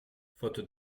faute